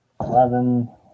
eleven